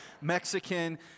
Mexican